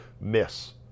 miss